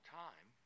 time